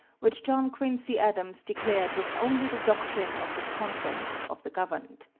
which john quincy adams declared was only the doctrine of the consent of the governed.